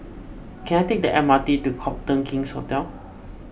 can I take the M R T to Copthorne King's Hotel